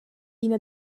ina